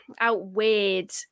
outweighed